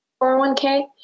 401k